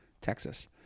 Texas